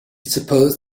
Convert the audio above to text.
suppose